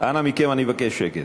אנא מכם, אני מבקש שקט.